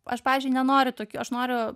aš pavyzdžiui nenoriu tokių aš noriu